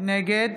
נגד